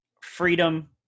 freedom